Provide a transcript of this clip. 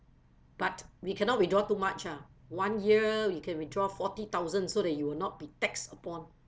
but we cannot withdraw too much ah one year you can withdraw forty thousand so that you will not be taxed upon